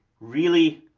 really?